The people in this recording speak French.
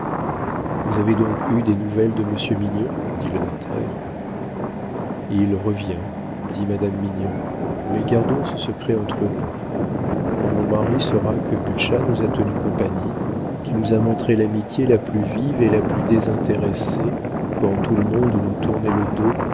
vous avez donc eu des nouvelles de monsieur mignon dit le notaire il revient dit madame mignon mais gardons ce secret entre nous quand mon mari saura que butscha nous a tenu compagnie qu'il nous a montré l'amitié la plus vive et la plus désintéressée quand tout le monde nous tournait le dos